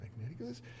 magnetic